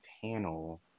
panel